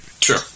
Sure